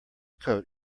coat